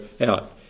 out